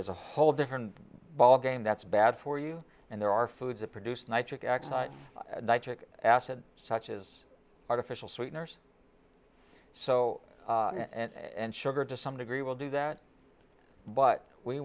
is a whole different ballgame that's bad for you and there are foods that produce nitric acid nitric acid such as artificial sweeteners so and sugar to some degree will do that but we